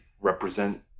represent